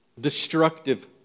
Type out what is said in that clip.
Destructive